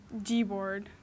Gboard